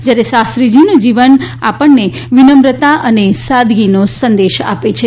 જયારે શાસ્ત્રીજીનું જીવન આપણને વિનમ્રતા અને સાદગીનો સંદેશ આપે છે